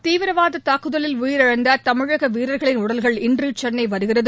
தீவிரவாத தாக்குதலில் உயிரிழந்த தமிழக வீரர்களின் உடல்கள் இன்று சென்னை வருகிறது